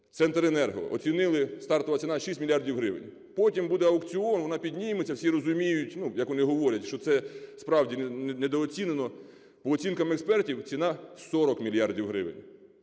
"Центренерго" оцінили: стартова ціна 6 мільярдів гривень. Потім буде аукціон, вона підніметься. Всі розуміють, як вони говорять, що це справді недооцінено. По оцінках експертів, ціна 40 мільярдів